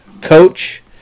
coach